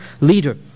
leader